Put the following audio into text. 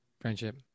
Friendship